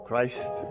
Christ